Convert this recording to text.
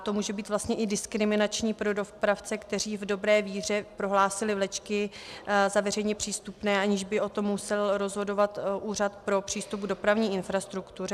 To může být vlastně i diskriminační pro dopravce, kteří v dobré víře prohlásili vlečky za veřejně přístupné, aniž by o tom musel rozhodovat Úřad pro přístup k dopravní infrastruktuře.